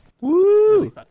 Woo